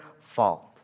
fault